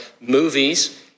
movies